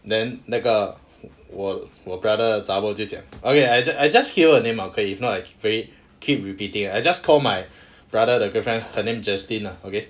then 那个我我 brother 的 zha-bor 就讲 oh ya I just I just hear a name okay if not I very keep repeating I just call my brother 的 girlfriend her name jesley lah okay